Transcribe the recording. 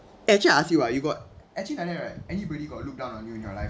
actually I ask you what you got actually down there right anybody got look down on you in your life